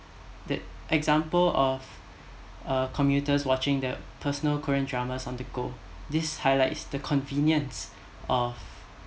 that example of uh commuters watching their personal korean dramas on the go this highlights the convenience of